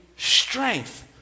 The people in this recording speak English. Strength